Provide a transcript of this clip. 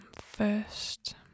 First